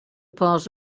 parts